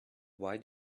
why